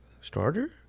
Starter